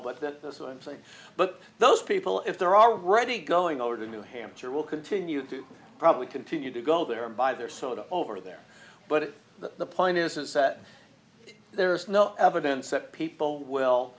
what that is so i'm saying but those people if they're already going over to new hampshire will continue to probably continue to go there and buy their soda over there but the point is is that there's no evidence that people will